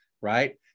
right